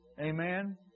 Amen